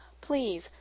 Please